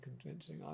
convincing